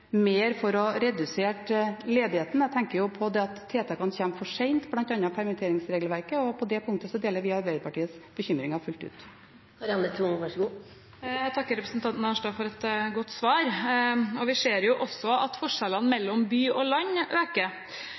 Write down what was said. mer for å redusere ledigheten. Jeg tenker da på at tiltakene kommer for sent, bl.a. permitteringsregelverket, og på det punktet deler vi Arbeiderpartiets bekymringer fullt ut. Jeg takker representanten Arnstad for et godt svar. Vi ser også at forskjellene mellom by og land øker.